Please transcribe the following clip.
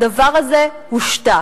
הדבר הזה הושתק,